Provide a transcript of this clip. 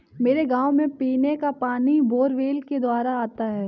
मेरे गांव में पीने का पानी बोरवेल के द्वारा आता है